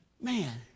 Man